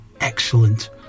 excellent